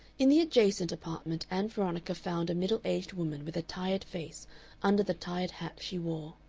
in the adjacent apartment ann veronica found a middle-aged woman with a tired face under the tired hat she wore,